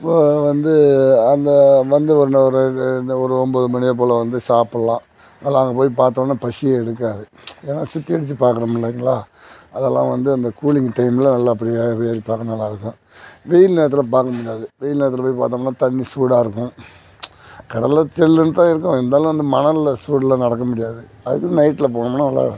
இப்போது வந்து அந்த வந்து ஒரு இன்னும் ஒரு ஒம்பது மணியப்போல் வந்து சாப்பிட்லாம் நல்லா அங்கே போய் பார்த்தோனே பசியே எடுக்காது ஏன்னா சுத்தியடிச்சு பார்க்கணும் இல்லைங்களா அதெல்லாம் வந்து அந்த கூலிங் டைம்ல நல்லா அப்படியே வெயில் தர நல்லா இருக்கும் வெயில் நேரத்தில் பார்க்க முடியாது வெயில் நேரத்தில் போய் பார்த்தோம்னா தண்ணி சூடாக இருக்கும் கடல்ல சில்லுன்னு தான் இருக்கும் இருந்தாலும் அந்த மணல்ல சூடில் நடக்க முடியாது அதுக்கு நைட்ல போனோம்னால் நல்லா